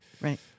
Right